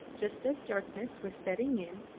just as darkness was setting in,